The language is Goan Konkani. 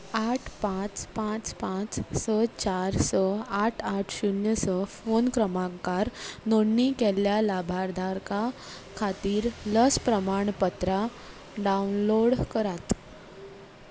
आठ पांच पांच पांच स चार स आठ आठ शुन्य स फोन क्रमांकार नोण्णी केल्ल्या लाभार्धारकां खातीर लस प्रमाणपत्रां डावनलोड करात